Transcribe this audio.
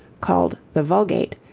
called the vulgate,